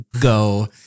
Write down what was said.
go